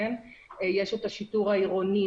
יש את השיטור העירוני.